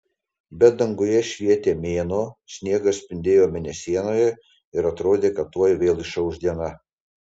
bet danguje švietė mėnuo sniegas spindėjo mėnesienoje ir atrodė kad tuoj vėl išauš diena